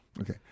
Okay